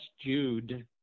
Jude